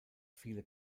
viele